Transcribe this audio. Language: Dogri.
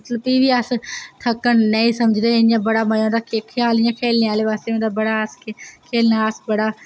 भी बी अस थक्कन नेईं समझदे बड़ा मज़ा औंदा ख्याल इं'या खेल्लने आह्ले पासै होंदा इंया' बड़ा खेल्लना अस बड़़ा